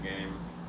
games